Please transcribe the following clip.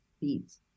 beads